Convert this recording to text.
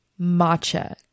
matcha